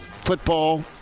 football